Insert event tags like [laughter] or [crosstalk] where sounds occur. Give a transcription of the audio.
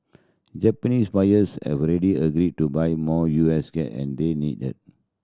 Japanese buyers have already agreed to buy more U S [unintelligible] and they need it